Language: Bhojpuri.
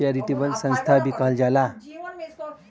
चेरिटबल संस्था भी कहल जाला